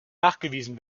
nachgewiesen